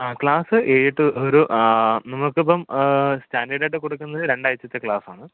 അ class ഏഴ് എട്ട് ദിവസം ഒരു നമുക്കിപ്പം സ്റ്റാൻ്റെഡായിട്ട് കൊടുക്കുന്നത് രണ്ടാഴ്ച്ചത്തെ ക്ലാസാണ്